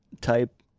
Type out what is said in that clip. type